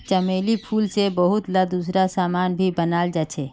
चमेलीर फूल से बहुतला दूसरा समान भी बनाल जा छे